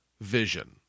vision